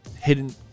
Hidden